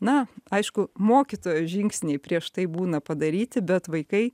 na aišku mokytojo žingsniai prieš tai būna padaryti bet vaikai